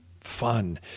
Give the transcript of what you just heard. fun